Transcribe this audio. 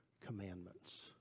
commandments